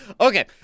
Okay